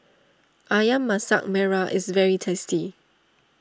Ayam Masak Merah is very tasty